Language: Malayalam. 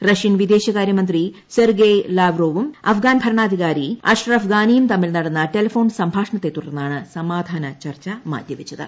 റഷ്യൻ വിദേശകാര്യമന്ത്രി സെർഗയ് ലാവ്റോവും അഫ്ഗാൻ ഭരണാധികാരി അഷ്റഫ് ഗാനിയും തമ്മിൽ നടന്ന ടെലഫോൺ സംഭാഷണത്തെ തുടർന്നാണ് സമാധാന ചർച്ച മാറ്റി വെച്ചത്